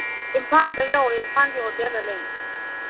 ꯏꯝꯐꯥꯜꯗ ꯌꯧꯔꯛꯑꯦ ꯏꯝꯐꯥꯜꯒꯤ ꯍꯣꯇꯦꯜꯗ ꯂꯩꯌꯦ